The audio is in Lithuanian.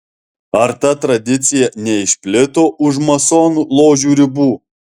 ar ta tradicija neišplito už masonų ložių ribų